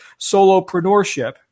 solopreneurship